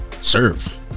serve